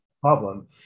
problem